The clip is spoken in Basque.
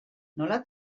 nola